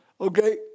Okay